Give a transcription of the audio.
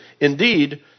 Indeed